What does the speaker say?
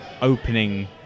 opening